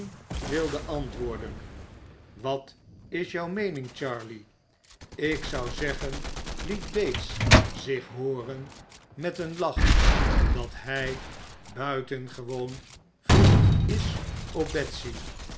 wilde antwoorden wat is jou meening charley ik zou zeggen liet bates zich hooren met een laeh dat hij buitengewoon verliefd is op betsy